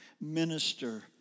minister